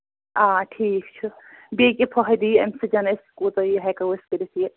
آ ٹھیٖک چھُ بیٚیہِ کیاہ فٲہدٕ یہِ اَمہِ سۭتۍ أسۍ کوٗتاہ یہِ ہٮ۪کو یہِ کٔرِتھ یہِ